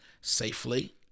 safely